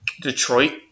Detroit